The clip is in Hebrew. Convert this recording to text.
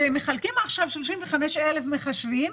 שמחלקים עכשיו 35,000 מחשבים,